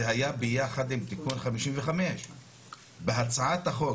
זה היה ביחד עם תיקון 55. בהצעת החוק